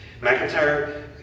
McIntyre